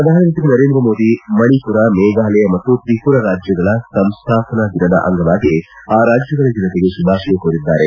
ಪ್ರಧಾನಮಂತ್ರಿ ನರೇಂದ್ರ ಮೋದಿ ಮಣಿಪುರ ಮೇಘಾಲಯ ಮತ್ತು ತ್ರಿಪುರ ರಾಜ್ಯಗಳ ಸಂಸ್ಥಾಪನಾ ದಿನದ ಅಂಗವಾಗಿ ಆ ರಾಜ್ನಗಳ ಜನತೆಗೆ ಶುಭಾಶಯ ಕೋರಿದ್ದಾರೆ